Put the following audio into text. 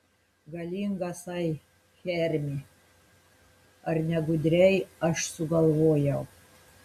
galingasai hermi ar ne gudriai aš sugalvojau